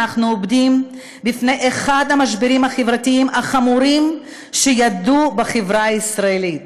אנחנו עומדים בפני אחד המשברים החברתיים החמורים שידענו בחברה הישראלית.